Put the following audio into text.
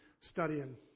studying